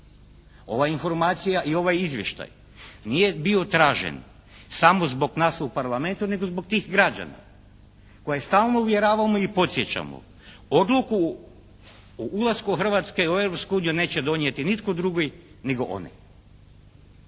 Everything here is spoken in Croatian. Ova informacija i ovaj izvještaj nije bio tražen samo zbog nas u Parlamentu nego zbog tih građana koje stalno uvjeravamo i podsjećamo, odluku o ulasku Hrvatske u Europsku uniju neće donijeti nitko drugi nego oni,